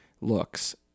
looks